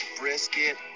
brisket